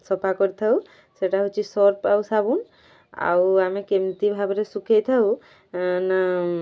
ସଫା କରିଥାଉ ସେଇଟା ହେଉଛି ସର୍ଫ ଆଉ ସାବୁନ ଆଉ ଆମେ କେମିତି ଭାବରେ ଶୁଖାଇଥାଉ ନା